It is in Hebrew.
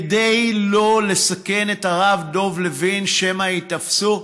כדי שלא לסכן את הרב דב לוין, שמא ייתפסו.